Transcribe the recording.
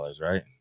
right